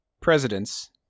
Presidents